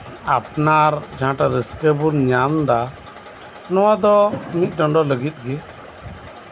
ᱟᱯᱱᱟᱨ ᱡᱟᱦᱟᱸᱴᱟᱜ ᱨᱟᱹᱥᱠᱟᱹ ᱵᱚᱱ ᱧᱟᱢ ᱫᱟ ᱱᱚᱣᱟ ᱫᱚ ᱢᱤᱫ ᱰᱚᱸᱰᱚ ᱞᱟᱜᱤᱫ ᱜᱮ